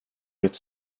ditt